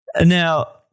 Now